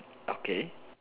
okay